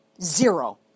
zero